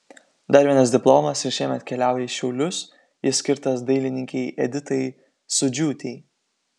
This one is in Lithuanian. dar vienas diplomas ir šiemet keliauja į šiaulius jis skirtas dailininkei editai sūdžiūtei